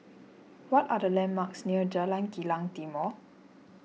what are the landmarks near Jalan Kilang Timor